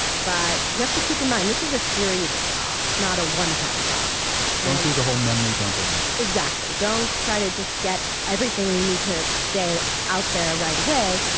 but you have to keep in mind, this is a series of talks. not a one-time talk and do the whole memory dump at once. exactly. don't try to just get everything you need to say out there right away.